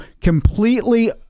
completely